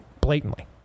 blatantly